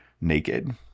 naked